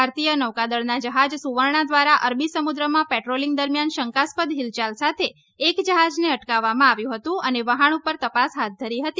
ભારતીય નૌકાદળના જ્યાજ સુવર્ણા દ્વારા અરબી સમુદ્રમાં પેટ્રોલિંગ દરમિયાન શંકાસ્પદ હિલચાલ સાથે એક જહાજને અટકાવવામાં આવ્યું હતું અને વહાણ પર તપાસ હાથ ધરી હતી